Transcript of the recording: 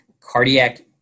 Cardiac